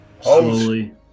Slowly